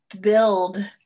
build